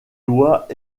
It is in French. lois